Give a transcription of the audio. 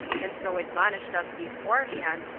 and so admonished us beforehand,